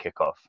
kickoff